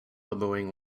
elbowing